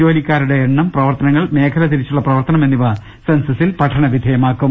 ജോലിക്കാരുടെ എണ്ണം പ്രവർത്തനങ്ങൾ മേഖല തിരിച്ചുള്ള പ്രവർത്തനം എന്നിവ സെൻസസിൽ പഠനവിധേയമാക്കും